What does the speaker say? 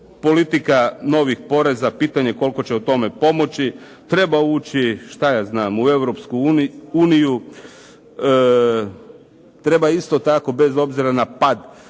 politika novih poreza, pitanje koliko će o tome pomoći, treba ući šta ja znam u Europsku uniju, treba isto tako bez obzira na pad